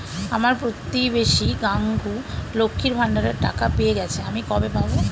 আমার প্রতিবেশী গাঙ্মু, লক্ষ্মীর ভান্ডারের টাকা পেয়ে গেছে, আমি কবে পাব?